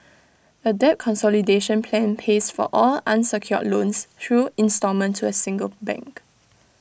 A debt consolidation plan pays for all unsecured loans through instalment to A single bank